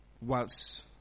whilst